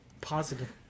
positive